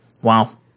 Wow